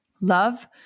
Love